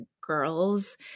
girls